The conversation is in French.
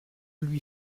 lui